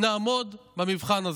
נעמוד במבחן הזה.